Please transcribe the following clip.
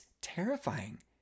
terrifying